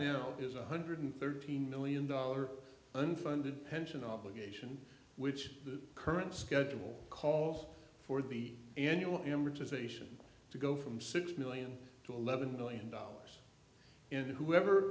now is one hundred thirteen million dollars unfunded pension obligation which the current schedule calls for the annual amortization to go from six million to eleven million dollars and whoever